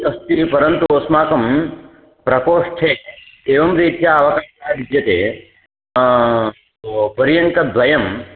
अस्ति परन्तु अस्माकं प्रकोष्ठे एवं रीत्या अवकाशः विद्यते पर्यङ्कद्वयं